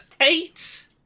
Eight